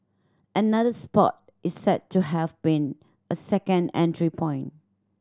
another spot is said to have been a second entry point